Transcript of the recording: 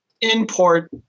import